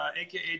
aka